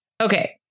Okay